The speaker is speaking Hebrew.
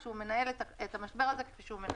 כשהוא מנהל את המשבר הזה כפי שהוא מנהל.